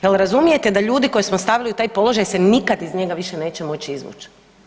Jel razumijete da ljudi koje smo stavili u taj položaj se nikad iz njega više neće moći izvući.